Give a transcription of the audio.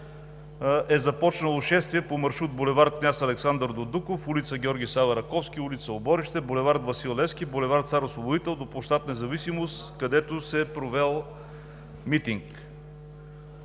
е започнало шествие по маршрут: булевард „Александър Дондуков“, улица „Георги Сава Раковски“, улица „Оборище“, булевард „Васил Левски“, булевард „Цар Освободител“ до площад „Независимост“, където се е провел митинг.